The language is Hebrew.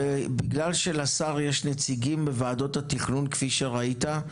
ובגלל שלשר יש נציגים בוועדות התכנון כפי שראית,